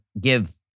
give